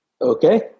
Okay